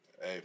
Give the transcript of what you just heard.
Hey